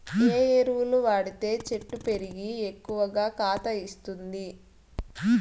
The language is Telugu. ఏ ఎరువులు వాడితే చెట్టు పెరిగి ఎక్కువగా కాత ఇస్తుంది?